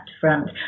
front